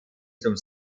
zum